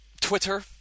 Twitter